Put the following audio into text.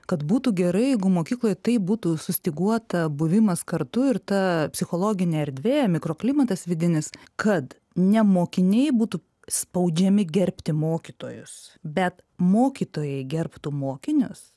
kad būtų gerai jeigu mokykloj taip būtų sustyguota buvimas kartu ir ta psichologinė erdvė mikroklimatas vidinis kad ne mokiniai būtų spaudžiami gerbti mokytojus bet mokytojai gerbtų mokinius